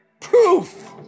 Proof